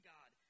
God